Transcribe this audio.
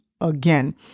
again